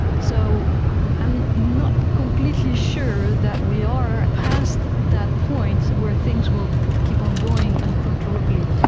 so i'm not completely sure that we are past that point where things will keep on going uncontrollably,